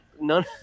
none